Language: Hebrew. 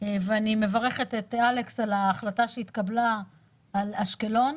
ואני מברכת את אלכס על ההחלטה שהתקבלה על אשקלון,